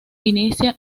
inicia